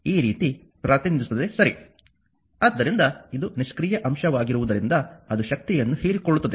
ಆದ್ದರಿಂದ ಇದು ನಿಷ್ಕ್ರಿಯ ಅಂಶವಾಗಿರುವುದರಿಂದ ಅದು ಶಕ್ತಿಯನ್ನು ಹೀರಿಕೊಳ್ಳುತ್ತದೆ